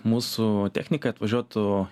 mūsų technikai atvažiuotų